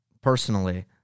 personally